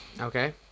okay